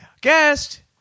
Guest